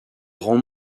grand